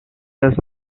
does